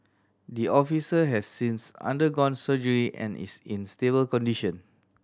the officer has since undergone surgery and is in stable condition